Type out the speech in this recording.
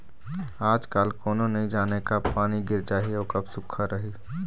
आजकाल कोनो नइ जानय कब पानी गिर जाही अउ कब सुक्खा रही